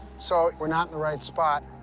so we're not in the right spot.